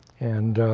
and